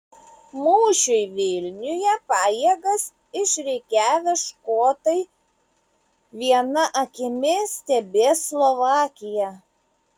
mūšiui vilniuje pajėgas išrikiavę škotai viena akimi stebės slovakiją